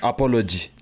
Apology